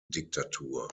diktatur